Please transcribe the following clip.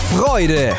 Freude